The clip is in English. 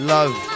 Love